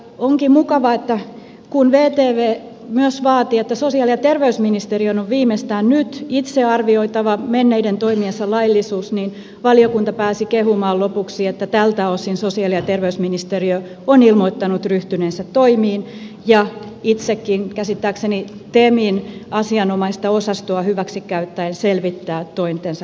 onkin mukavaa että kun vtv myös vaati että sosiaali ja terveysministeriön on viimeistään nyt itse arvioitava menneiden toimiensa laillisuus niin valiokunta pääsi kehumaan lopuksi että tältä osin sosiaali ja terveysministeriö on ilmoittanut ryhtyneensä toimiin ja itsekin käsittääkseni temin asianomaista osastoa hyväksi käyttäen selvittää tointensa laillisuuden